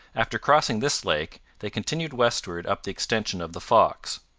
after crossing this lake they continued westward up the extension of the fox.